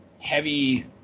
heavy